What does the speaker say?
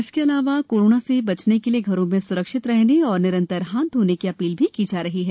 इसके अलावाकोरोना से बचने के लिये घरों में स्रक्षित रहने और निरंतर हाथ धोने की अपील भी की जा रही है